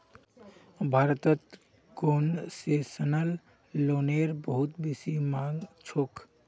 भारतत कोन्सेसनल लोनेर बहुत बेसी मांग छोक